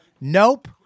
Nope